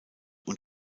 und